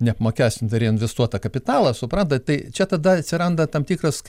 neapmokestintą reinvestuotą kapitalą suprantat tai čia tada atsiranda tam tikras